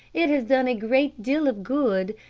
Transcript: it has done a great deal of good.